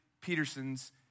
Peterson's